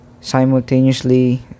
simultaneously